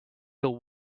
till